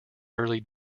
early